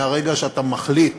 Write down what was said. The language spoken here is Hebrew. מהרגע שאתה מחליט